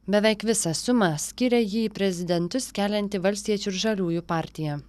beveik visą sumą skiria jį į prezidentus kelianti valstiečių ir žaliųjų partija